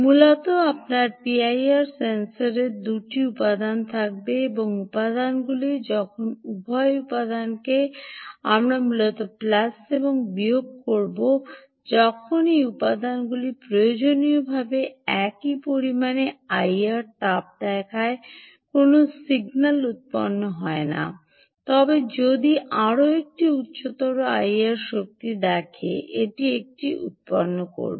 মূলত আপনার পিআইআর সেন্সরে উপাদান থাকবে এবং যখন উভয় উপাদানগুলিকে আমরা মূলত প্লাস এবং বিয়োগ বলব যখন এই উপাদানগুলি প্রয়োজনীয়ভাবে একই পরিমাণে আইআর তাপ দেখায় কোনও সিগন্যাল উত্পন্ন হয় না তবে যদি আরও একটি উচ্চতর আইআর শক্তি দেখে এটি একটি সিগন্যাল উত্পন্ন করবে